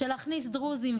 זה אומר להכניס דרוזים,